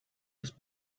was